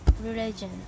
religion